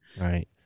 right